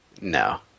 No